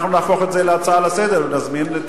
אנחנו נהפוך את זה להצעה לסדר-היום ונזמין את